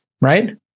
right